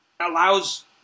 allows